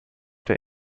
der